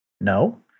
No